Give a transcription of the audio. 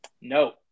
No